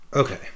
Okay